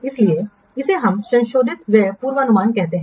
इसलिए इसे हम संशोधित व्यय पूर्वानुमान कहते हैं